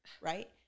right